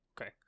Okay